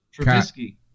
Trubisky